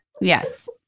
Yes